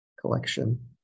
collection